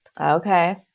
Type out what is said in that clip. Okay